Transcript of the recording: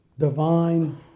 divine